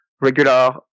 regular